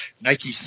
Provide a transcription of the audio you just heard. Nike